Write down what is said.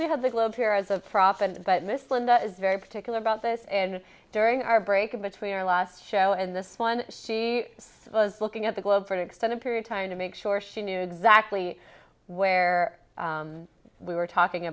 we have the globe here as a prophet but miss linda is very particular about this and during our break in between our last show and this one she was looking at the globe for an extended period time to make sure she knew exactly where we were talking